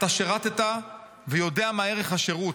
אתה שירת ויודע מה ערך השירות.